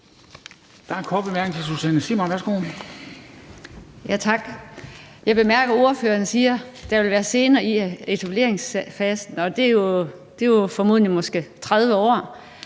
Jeg bemærker, at ordføreren siger, at der vil være gener i etableringsfasen, og det er jo måske formodentlig 30 år.